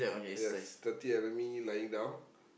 yes thirty enemy lying down